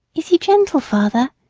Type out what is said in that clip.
is he gentle, father?